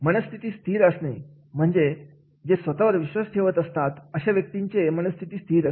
मनस्थिती स्थिर असणे म्हणजे जे स्वतःवर विश्वास ठेवत असतात अशा व्यक्तींचे मनस्थिती स्थिर असते